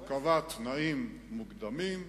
הוא קבע תנאים מוקדמים,